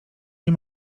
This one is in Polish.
nie